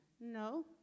No